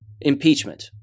impeachment